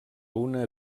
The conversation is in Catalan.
una